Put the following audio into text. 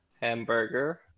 Hamburger